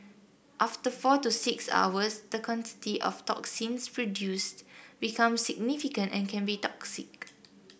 after four to six hours the quantity of toxins produced becomes significant and can be toxic